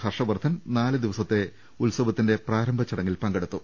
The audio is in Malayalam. ഹർഷവർധൻ നാലു ദിവസത്തെ ഉത്സവത്തിന്റെ പ്രാരംഭ ചടങ്ങിൽ പങ്കെടുത്തു